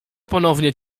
ponownie